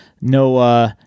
no